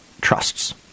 trusts